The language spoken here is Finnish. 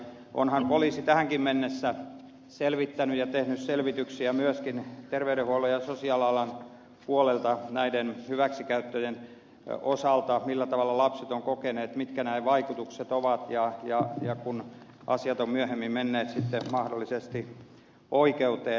onhan poliisi tähänkin mennessä myöskin terveydenhuollon ja sosiaalialan puolelta näiden hyväksikäyttöjen osalta selvittänyt tehnyt selvityksiä millä tavalla lapset ovat kokeneet mitkä näiden vaikutukset ovat ja asiat ovat myöhemmin menneet sitten mahdollisesti oikeuteen